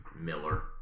Miller